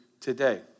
today